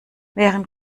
wären